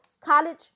college